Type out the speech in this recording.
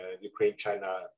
Ukraine-China